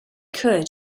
could